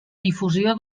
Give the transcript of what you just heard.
difusió